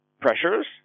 pressures